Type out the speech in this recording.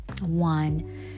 one